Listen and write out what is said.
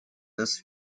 ist